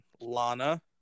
Lana